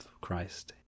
christ